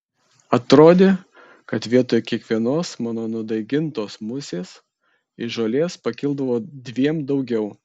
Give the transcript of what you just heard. atrodė kad vietoj kiekvienos mano nudaigotos musės iš žolės pakildavo dviem daugiau